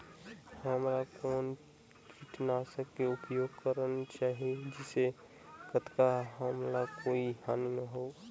हमला कौन किटनाशक के उपयोग करन चाही जिसे कतना हमला कोई हानि न हो?